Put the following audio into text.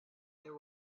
there